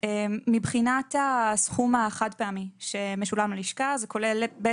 הסכום החד-פעמי שמשולם ללשכה כולל את